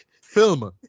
film